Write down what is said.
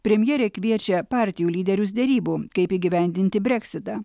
premjerė kviečia partijų lyderius derybų kaip įgyvendinti breksitą